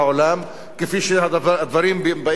כפי שהדברים באים לידי ביטוי,